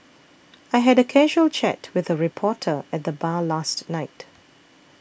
I had a casual chat with a reporter at the bar last night